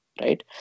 Right